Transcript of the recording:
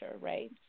right